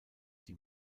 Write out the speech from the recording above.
die